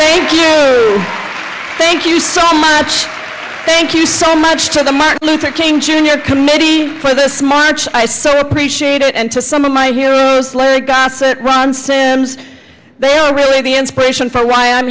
thank you thank you so much thank you so much to the martin luther king jr committee for this march i so appreciate it and to some of my heroes they are really the inspiration for why i'm